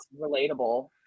relatable